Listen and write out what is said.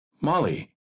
Molly